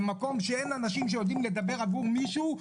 במקום שאין אנשים שיודעים לדבר עבור מישהו,